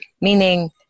meaning